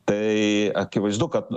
tai akivaizdu kad